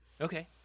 Okay